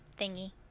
thingy